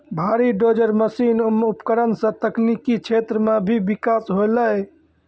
भारी डोजर मसीन उपकरण सें तकनीकी क्षेत्र म भी बिकास होलय